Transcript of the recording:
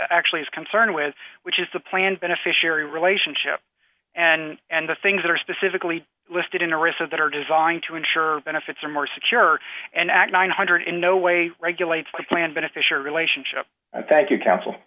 actually is concerned with which is the planned beneficiary relationship and and the things that are specifically listed in the recess that are designed to ensure benefits are more secure and act nine hundred in no way regulates the planned beneficial relationship and thank you counsel